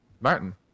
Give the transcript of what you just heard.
Martin